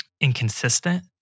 inconsistent